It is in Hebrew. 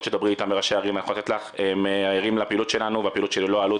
שדברי איתם וכל הראשי ערים הם ערים לפעילות שלנו והפעילות שללא עלות.